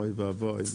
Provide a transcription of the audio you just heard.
אוי ואבוי.